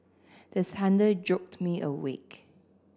the thunder jolt me awake